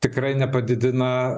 tikrai nepadidina